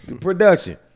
production